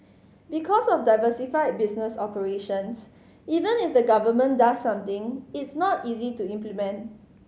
because of diversified business operations even if the Government does something it's not easy to implement